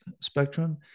spectrum